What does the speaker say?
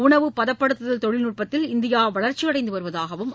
உணவுப்பதப்படுத்துதல் தொழில்நுட்பத்தில் இந்தியா வளர்ச்சியடைந்து வருவதாக அவர் கூறினார்